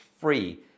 free